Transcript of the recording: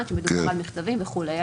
ככל שצריך יהיה לעשות איזה שהם כיוונים,